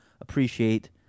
appreciate